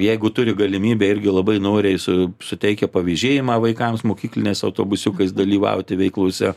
jeigu turi galimybę irgi labai noriai su suteikia pavėžėjimą vaikams mokykliniais autobusiukais dalyvauti veiklose